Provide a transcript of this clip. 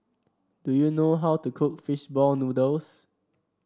do you know how to cook fish ball noodles